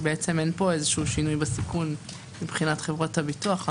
כי אין פה שינוי בסיכון מבחינת חברות הביטוח.